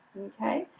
okay?